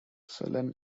sullen